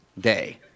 Day